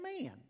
man